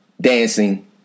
dancing